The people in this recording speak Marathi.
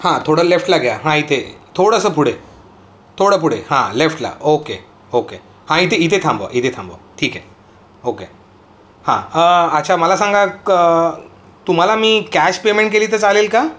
हां थोडं लेफ्टला घ्या हां इथे थोडंसं पुढे थोडं पुढे हां लेफ्टला ओके ओके हां इथे इथे थांबवा इथे थांबवा ठीक आहे ओके हां अच्छा मला सांगा क तुम्हाला मी कॅश पेमेंट केली तर चालेल का